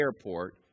airport